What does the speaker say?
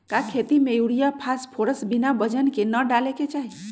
का खेती में यूरिया फास्फोरस बिना वजन के न डाले के चाहि?